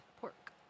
pork